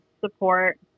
support